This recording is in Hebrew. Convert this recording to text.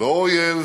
לא אויב